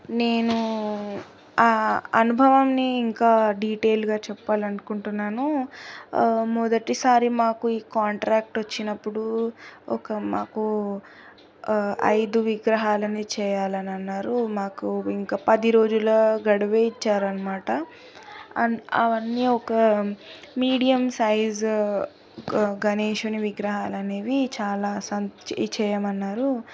నేను ఆ అనుభవాన్ని ఇంకా డీటెయిల్గా చెప్పాలని అనుకుంటున్నాను మొదటిసారి మాకు ఈ కాంట్రాక్ట్ వచ్చినప్పుడు ఒక మాకు ఐదు విగ్రహాలని చేయాలని అన్నారు మాకు ఇంకా పది రోజుల గడువే ఇచ్చారు అన్నమాట అవన్నీ ఒక మీడియం సైజు గణేశుని విగ్రహాలు అనేవి చాలా చేయమన్నారు